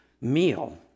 meal